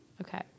okay